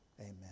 amen